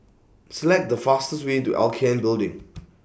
Select The fastest Way to L K N Building